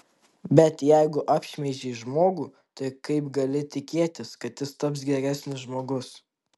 bet jeigu apšmeižei žmogų tai kaip gali tikėtis kad jis taps geresnis žmogus